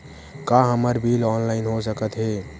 का हमर bill online हो सकत हे?